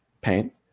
Paint